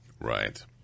Right